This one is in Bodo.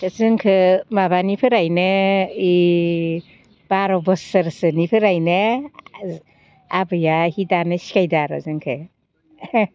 जोंखौ माबानिफ्रायनो ओइ बार' बोसोरसोनिफ्रायनो आबैया हि दानो सिखायदों आरो जोंखौ